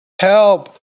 Help